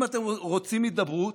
אם אתם רוצים הידברות,